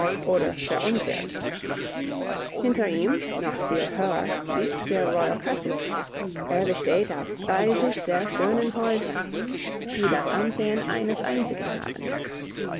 oder verunziert hinter ihm noch viel höher liegt der royal crescent er besteht aus dreißig sehr schönen häusern die das ansehen eines einzigen haben